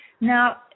now